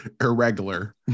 irregular